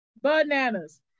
Bananas